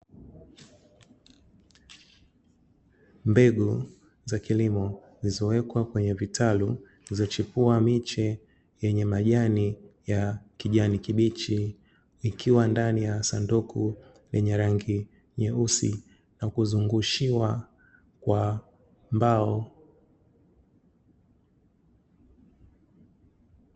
Mbegu za kilimo zilizowekwa kwenye vitalu vilivyochipua miche yenye majani ya kijani kibichi, ikiwa ndani ya sanduku lenye rangi nyeusi na kuzungushiwa kwa mbao.